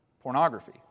pornography